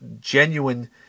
genuine